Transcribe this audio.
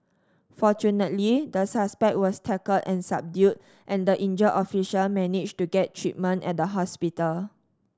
fortunately the suspect was tackled and subdued and the injured officer managed to get treatment at the hospital